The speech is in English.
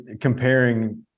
comparing